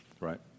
Right